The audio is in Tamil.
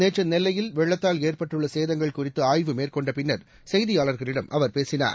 நேற்றுநெல்லையில் வெள்ளத்தால் ஏற்பட்டுள்ளசேதங்கள் குறித்துஆய்வு மேற்கொண்டபின்னா் செய்தியாளர்களிடம் அவர் பேசினார்